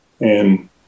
and-